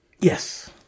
Yes